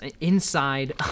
inside